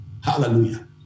Hallelujah